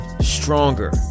stronger